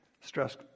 stress